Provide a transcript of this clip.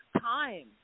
time